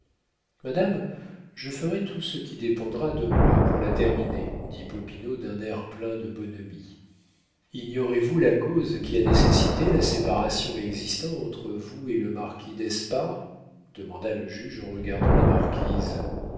madame je ferai tout ce qui dépendra de moi pour la terminer dit popinot d'un air plein de bonhomie ignorez-vous la cause qui a nécessité la séparation existant entre vous et le marquis d'espard demanda le juge en regardant la marquise